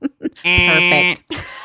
Perfect